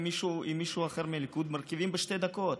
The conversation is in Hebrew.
עם מישהו אחר מהליכוד מרכיבים בשתי דקות.